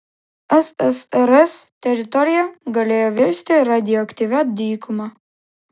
ssrs teritorija galėjo virsti radioaktyvia dykuma